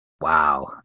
Wow